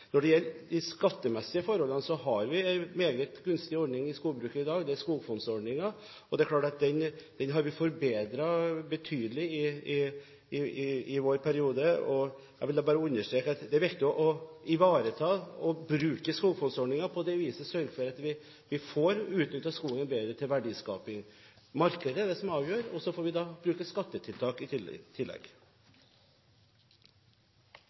Når det gjelder de skattemessige forholdene, har vi meget gunstige ordninger i skogbruket i dag. Man har skogfondsordningen. Det er klart at vi har forbedret den betydelig i vår periode. Jeg vil bare understreke at det er viktig å ivareta og bruke skogfondsordningen og på det viset sørge for at vi får utnyttet skogen bedre til verdiskaping. Markedet er det som avgjør, og så får vi bruke skattetiltak i tillegg.